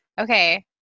okay